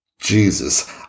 Jesus